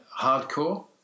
hardcore